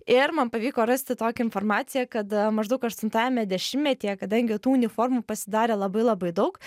ir man pavyko rasti tokią informaciją kad maždaug aštuntajame dešimtmetyje kadangi tų uniformų pasidarė labai labai daug